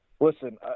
listen